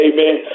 Amen